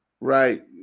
right